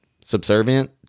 subservient